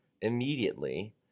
immediately